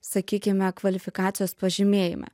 sakykime kvalifikacijos pažymėjime